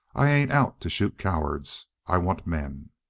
i ain't out to shoot cowards i want men!